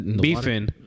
beefing